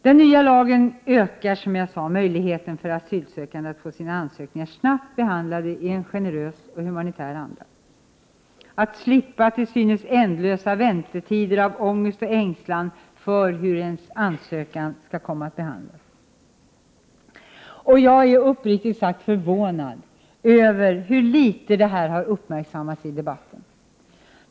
Den nya lagen ökar, som jag sade, möjligheten för asylsökande att få sina ansökningar snabbt behandlade i en generös och humanitär anda, att slippa till synes ändlösa väntetider av ångest och ängslan för hur ens ansökan skall komma att behandlas. Jag är uppriktigt sagt förvånad över hur litet detta uppmärksammas i debatten.